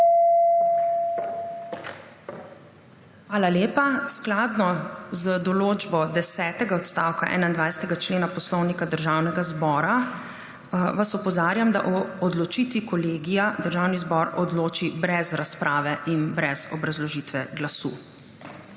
Hvala lepa. Skladno z določbo desetega odstavka 21. člena Poslovnika Državnega zbora vas opozarjam, da o odločitvi kolegija Državni zbor odloči brez razprave in brez obrazložitve glasu.